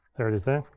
there it is there.